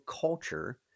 culture